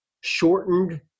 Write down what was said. shortened